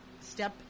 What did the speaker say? Step